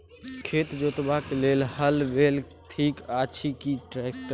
खेत जोतबाक लेल हल बैल ठीक अछि की ट्रैक्टर?